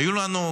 היו לנו,